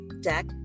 Deck